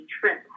trip